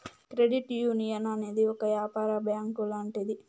credit union అనేది ఒక యాపార బ్యాంక్ లాంటిది